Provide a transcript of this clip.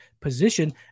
position